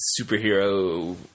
superhero